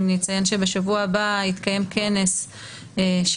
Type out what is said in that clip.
אציין שבשבוע הבא יתקיים כנס ראשון מסוגו